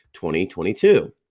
2022